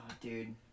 dude